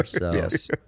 Yes